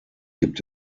gibt